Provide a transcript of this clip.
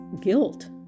guilt